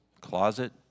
Closet